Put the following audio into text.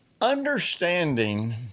understanding